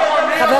מי אתה בכלל?